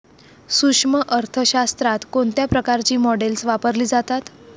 सूक्ष्म अर्थशास्त्रात कोणत्या प्रकारची मॉडेल्स वापरली जातात?